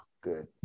good